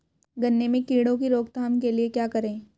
गन्ने में कीड़ों की रोक थाम के लिये क्या करें?